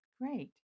great